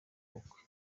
bukwe